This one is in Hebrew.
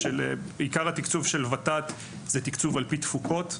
עיקר התקצוב של ות"ת זה תקצוב על פי תפוקות,